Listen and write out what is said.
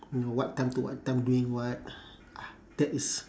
you know what time to what time doing what ah that is